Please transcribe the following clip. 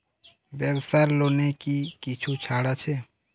ব্যাবসার লোনে কি কিছু ছাড় আছে?